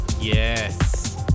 Yes